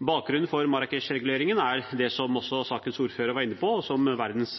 Bakgrunnen for Marrakech-reguleringen er det som sakens ordfører var inne på, og som Verdens